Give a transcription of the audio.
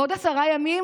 בעוד עשרה ימים